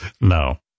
No